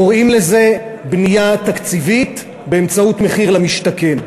קוראים לזה בנייה תקציבית באמצעות מחיר למשתכן.